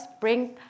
bring